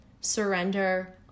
Surrender